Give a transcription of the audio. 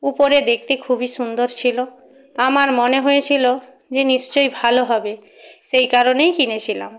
উপরে দেখতে খুবই সুন্দর ছিল তা আমার মনে হয়েছিল যে নিশ্চয়ই ভালো হবে সেই কারণেই কিনেছিলাম